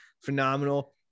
phenomenal